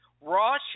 raw